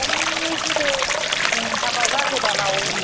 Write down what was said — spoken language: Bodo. ओइ गोदो जों हाबा जागोदानाव